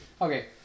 Okay